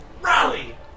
Rally